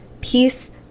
peace